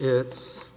it's